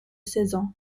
saisons